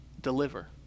deliver